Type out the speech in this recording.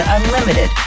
Unlimited